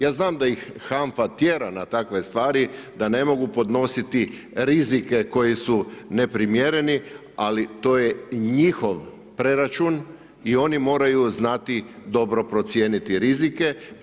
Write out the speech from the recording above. Ja znam da ih HANFA tjera na takve stvari, da ne mogu podnositi rizike koji su neprimjereni ali to je njihov preračun i oni moraju znati dobro procijeniti rizike.